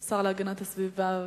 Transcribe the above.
לסדר-היום השר להגנת הסביבה,